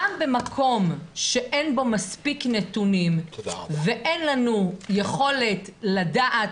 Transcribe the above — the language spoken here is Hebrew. גם במקום שאין בו מספיק נתונים ואין לנו יכולת לדעת